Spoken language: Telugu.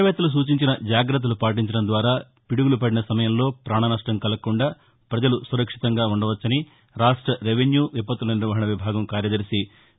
శాస్త్రవేత్తలు సూచించిన జాగ్రత్తలు పాటించడం ద్వారా పిడుగులు పడిన సమయంలో పాణ నష్టం కలుగకుండా ప్రపజలు సురక్షితంగా వుండవచ్చునని రాష్ట రెవిన్యూ విపత్తుల నిర్వహణా విభాగం కార్యదర్శి వి